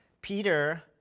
Peter